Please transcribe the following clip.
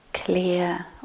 Clear